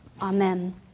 Amen